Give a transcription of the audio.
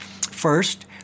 First